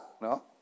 No